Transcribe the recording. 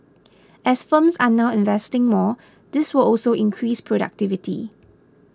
as firms are now investing more this will also increase productivity